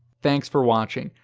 thanks for watching.